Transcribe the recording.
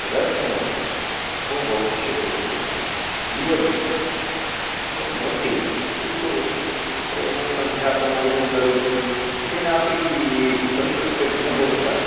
तदर्थं वा भोः पश्यतु जीवने एवं भवति किन्तु तत्र इदानीम् अध्यापनादिकं करोति तेनापि सन्तृप्तिर्न भवति वा